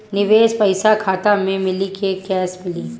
निवेश पइसा खाता में मिली कि कैश मिली?